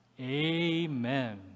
Amen